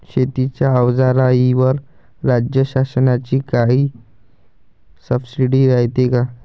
शेतीच्या अवजाराईवर राज्य शासनाची काई सबसीडी रायते का?